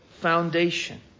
foundation